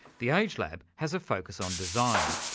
the agelab has a focus on design,